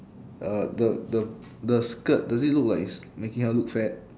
uh the the the skirt does it look like it's making her look fat